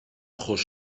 ojos